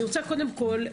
קודם כול,